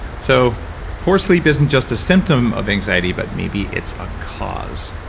so poor sleep isn't just a symptom of anxiety, but maybe it's a cause.